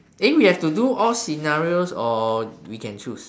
eh we have to do all scenarios or we can choose